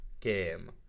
game